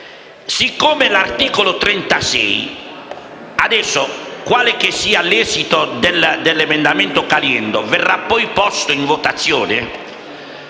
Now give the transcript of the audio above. Poiché l'articolo 36, quale che sia l'esito dell'emendamento Caliendo, verrà poi posto in votazione,